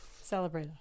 Celebrate